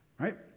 Right